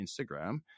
Instagram